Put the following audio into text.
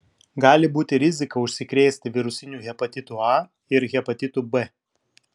gali būti rizika užsikrėsti virusiniu hepatitu a ir hepatitu b